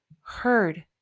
heard